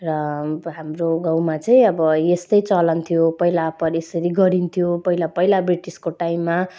र हाम्रो गाउँमा चाहिँ अब यस्तै चलन थियो पहिला प यसरी गरिन्थ्यो पहिला पहिला ब्रिटिसको टाइममा